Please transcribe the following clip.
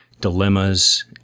dilemmas